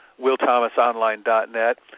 willthomasonline.net